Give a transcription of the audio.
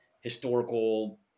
historical